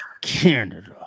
Canada